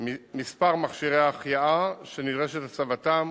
מספר מכשירי ההחייאה שנדרשת הצבתם,